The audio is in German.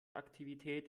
aktivität